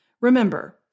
Remember